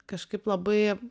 kažkaip labai